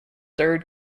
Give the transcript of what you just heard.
third